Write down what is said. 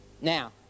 Now